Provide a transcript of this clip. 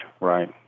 right